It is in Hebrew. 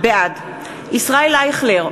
בעד ישראל אייכלר,